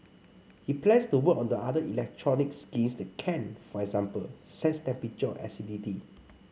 he plans to work on other electronic skins that can for example sense temperature or acidity